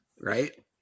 right